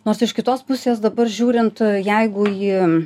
nors iš kitos pusės dabar žiūrint jeigu ji